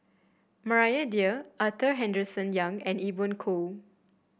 Maria Dyer Arthur Henderson Young and Evon Kow